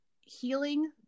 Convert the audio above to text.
healing